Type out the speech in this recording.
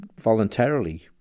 voluntarily